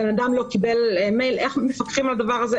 בן אדם לא קיבל מייל, איך מפקחים על הדבר הזה?